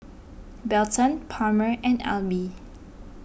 Belton Palmer and Alby